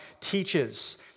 teaches